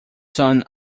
son